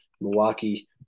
Milwaukee